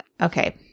Okay